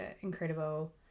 incredible